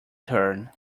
turn